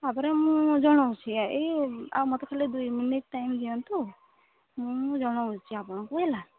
ତା'ପରେ ମୁଁ ଜଣାଉଛି ଏଇ ଆଉ ମୋତେ ଖାଲି ଦୁଇ ମିନିଟ ଟାଇମ୍ ଦିଅନ୍ତୁ ମୁଁ ଜଣାଉଛି ଆପଣଙ୍କୁ ହେଲା